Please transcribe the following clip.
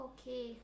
Okay